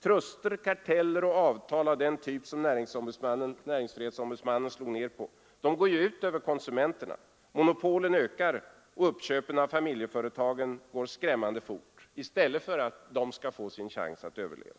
Truster, karteller och avtal av den typ som näringsfrihetsom budsmannen slog ner på går ju ut över konsumenterna. Monopolen ökar. Uppköpen av familjeföretagen går skrämmande fort. De måste i stället få en chans att överleva.